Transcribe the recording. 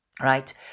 Right